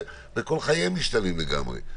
וכל חייהם משתנים לגמרי.